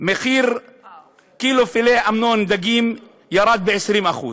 מחיר קילו פילה אמנון, דגים, ירד ב-20%.